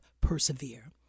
persevere